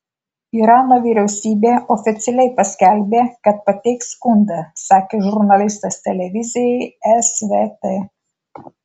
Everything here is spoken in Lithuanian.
irano vyriausybė oficialiai paskelbė kad pateiks skundą sakė žurnalistas televizijai svt